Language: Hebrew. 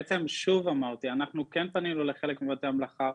שוב אמרתי: אנחנו כן פנינו לחלק מבתי המלאכה,